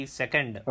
second